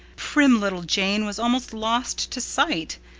prim little jane was almost lost to sight.